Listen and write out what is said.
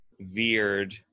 veered